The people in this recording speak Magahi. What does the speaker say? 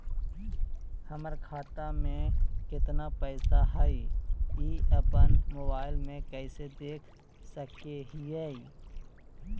हमर खाता में केतना पैसा हई, ई अपन मोबाईल में कैसे देख सके हियई?